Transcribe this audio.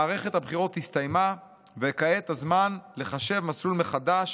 מערכת הבחירות הסתיימה, וכעת הזמן לחשב מסלול מחדש